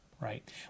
right